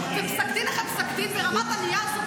ופסק דין אחרי פסק דין ברמת הנייר סופג הכול.